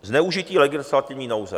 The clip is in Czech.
Zneužití legislativní nouze.